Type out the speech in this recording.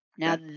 Now